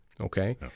Okay